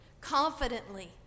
confidently